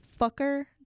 fucker